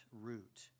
root